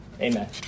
Amen